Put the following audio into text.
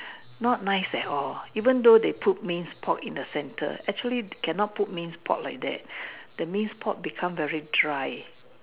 not nice at all even though they put means put in the center actually cannot put means put it there that means put become very dry